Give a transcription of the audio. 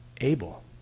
able